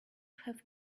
have